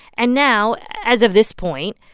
and now, as of this point,